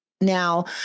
Now